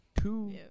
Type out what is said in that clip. two